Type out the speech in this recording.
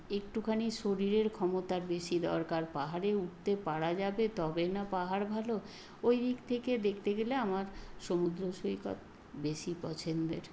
একটুখানি শরীরের ক্ষমতার বেশি দরকার পাহাড়ে উঠতে পারা যাবে তবেই না পাহাড় ভালো ওইদিক থেকে দেখতে গেলে আমার সমুদ্র সৈকত বেশি পছন্দের